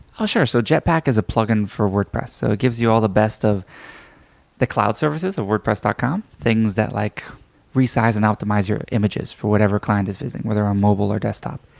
oh, sure. so jetpack is a plug-in for wordpress. so it gives you all the best of the cloud services of wordpress dot com, things that like resize and optimize your images for whatever client is visiting, whether on mobile or desktop.